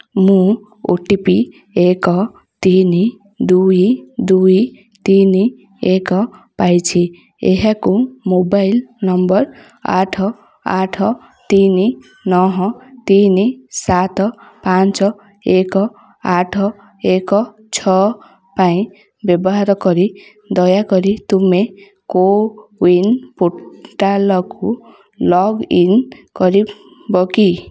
ମୁଁ O T P ଏକ ତିନି ଦୁଇ ଦୁଇ ତିନି ଏକ ପାଇଛି ଏହାକୁ ମୋବାଇଲ୍ ନମ୍ବର୍ ଆଠ ଆଠ ତିନି ନଅ ତିନି ସାତ ପାଞ୍ଚ ଏକ ଆଠ ଏକ ଛଅ ପାଇଁ ବ୍ୟବହାର କରି ଦୟାକରି ତୁମେ କୋୱିନ୍ ପୋର୍ଟାଲ୍କୁ ଲଗ୍ଇନ୍ କରିବ କି